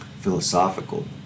philosophical